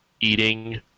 eating